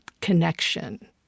connection